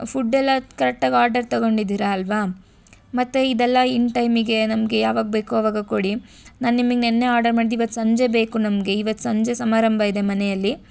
food ಎಲ್ಲ ಕರೆಕ್ಟಾಗಿ order ತಗೊಂಡಿದ್ದೀರಾ ಅಲ್ಲವಾ ಮತ್ತೆ ಇದೆಲ್ಲ ಇನ್ ಟೈಮಿಗೆ ನಮಗೆ ಯಾವಾಗ ಬೇಕು ಆವಾಗ ಕೊಡಿ ನಾನು ನಿಮಿಗೆ ನಿನ್ನೆ ಆರ್ಡರ್ ಮಾಡಿದ್ದು ಇವತ್ತು ಸಂಜೆ ಬೇಕು ನಮಗೆ ಇವತ್ತು ಸಂಜೆ ಸಮಾರಂಭ ಇದೆ ಮನೆಯಲ್ಲಿ